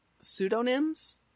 pseudonyms